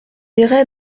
errait